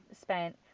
spent